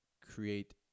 create